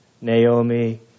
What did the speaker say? naomi